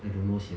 I don't know sia